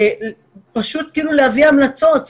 פשוט להביא המלצות,